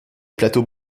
plateaux